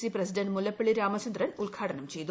C president Mullappally Ramachandran ഉദ്ഘാടനം ചെയ്തു